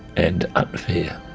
and unfair.